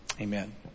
amen